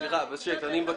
הם לא